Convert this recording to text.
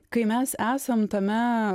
kai mes esam tame